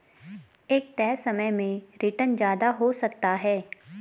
एक तय समय में रीटर्न ज्यादा हो सकता है